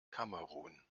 kamerun